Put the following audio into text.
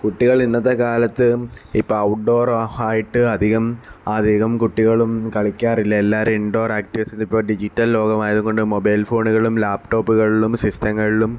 കുട്ടികള് ഇന്നത്തെ കാലത്ത് ഇപ്പോൾ ഔട്ട്ഡോര് ആയിട്ട് അധികം അധികം കുട്ടികളും കളിക്കാറില്ല എല്ലാരും ഇന്ഡോര് ആക്റ്റിവിറ്റീസ് ഇപ്പോൾ ഡിജിറ്റല് ലോകമായത് കൊണ്ട് മൊബൈല് ഫോണുകളിലും ലാപ്ടോപ്പുകളിലും സിസ്റ്റങ്ങളിലും